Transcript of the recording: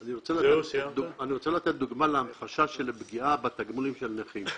אני רוצה להביא דוגמה להמחשה של הפגיעה בתגמולים של נכים.